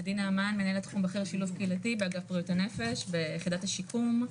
עדי נעמן מנהלת תחום בכיר שילוב קהילתי באגף בריאות הנפש ביחידת השיקום,